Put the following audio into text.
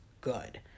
good